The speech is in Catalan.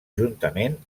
juntament